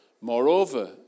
Moreover